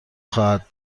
خواهد